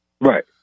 Right